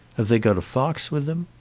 have they got a fox with them?